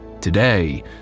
Today